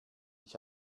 ich